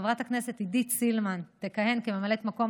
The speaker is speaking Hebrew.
חברת הכנסת עידית סילמן תכהן כממלאת מקום